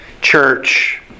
church